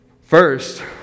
First